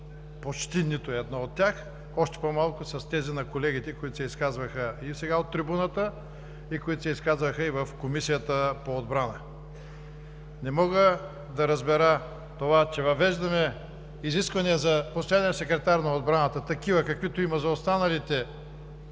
почти нито едно от тях, още по малко с тези на колегите, които се изказваха и сега от трибуната и които се изказаха в Комисията по отбрана. Не мога да разбера това, че въвеждаме изисквания за постоянен секретар на отбраната такива, каквито има за останалите